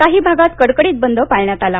काही भागात कडकडीत बंद पाळण्यात आला